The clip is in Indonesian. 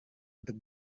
untuk